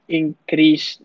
increase